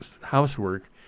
housework